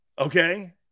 Okay